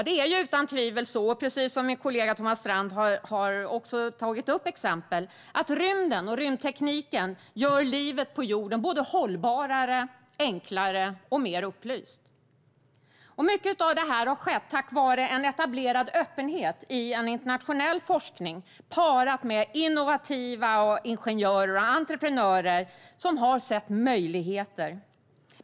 Det är utan tvivel så, precis som min kollega Thomas Strand har gett exempel på, att rymden och rymdtekniken gör livet på jorden hållbarare, enklare och mer upplyst. Mycket av detta har skett tack vare en etablerad öppenhet i en internationell forskning parat med innovativa ingenjörer och entreprenörer som har sett möjligheter.